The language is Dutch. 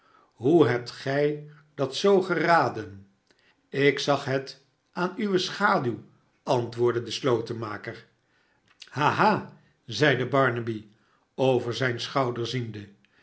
hoe hebt gij dat zoo geraden ik zag het aan uwe schaduw antwoordde de slotenmaker ha ha zeide barnaby over zijn schouder ziende